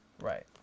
Right